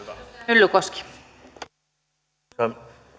arvoisa